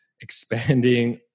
expanding